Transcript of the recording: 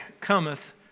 cometh